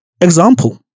Example